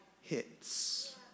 hits